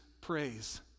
praise